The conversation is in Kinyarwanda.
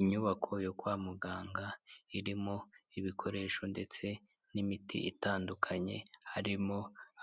Inyubako yo kwa muganga irimo ibikoresho ndetse n'imiti itandukanye harimo